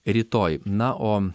rytoj na o